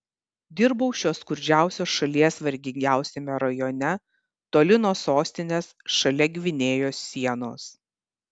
dirbau šios skurdžiausios šalies vargingiausiame rajone toli nuo sostinės šalia gvinėjos sienos